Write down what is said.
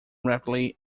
rapidly